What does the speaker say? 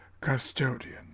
custodian